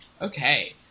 Okay